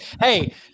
hey